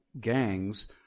gangs